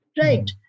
Right